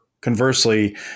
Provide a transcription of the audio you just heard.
conversely